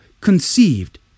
conceived